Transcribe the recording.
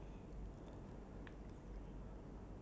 seven okay I'm left with nine cards